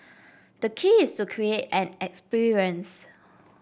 the key is to create an experience